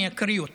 ואני אקריא אותם.